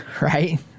right